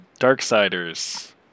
Darksiders